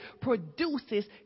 produces